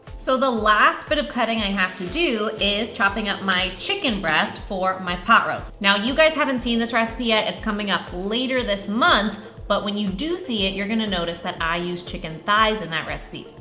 so the last bit of cutting i have to do is chopping up my chicken breast for my pot roast. now you guys haven't seen this recipe yet. it's coming up alter this month, but when you do see it you're gonna notice that i use chicken thighs in that recipe.